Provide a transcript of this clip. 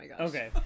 Okay